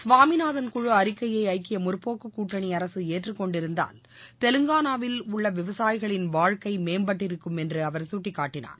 சுவாமிநாதன் குழு அறிக்கையை ஐக்கிய முற்போக்கு கூட்டணி அரசு ஏற்றுக்கொண்டிருந்தால் தெலுங்கானாவில் உள்ள விவசாயிகளின் வாழ்க்கை மேம்பட்டிருக்கும் என்று அவர் சுட்டிக்காட்டினார்